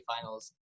finals